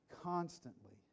constantly